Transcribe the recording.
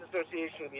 Association